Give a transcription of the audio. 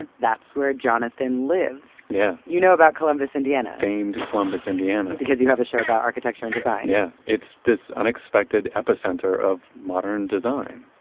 and that's where jonathan lives. yeah. you know about columbus, indiana, famed columbus, indiana, because you have a show about architecture and design. yeah. it's this unexpected epicenter of modern design.